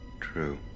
True